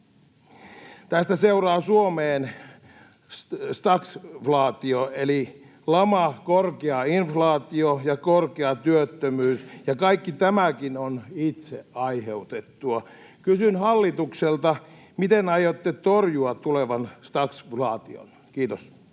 Tästä seuraa Suomeen stagflaatio eli lama, korkea inflaatio ja korkea työttömyys, ja kaikki tämäkin on itse aiheutettua. Kysyn hallitukselta: miten aiotte torjua tulevan stagflaation? — Kiitos.